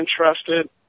interested